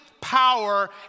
power